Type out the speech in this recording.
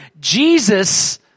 Jesus